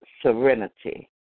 serenity